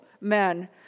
men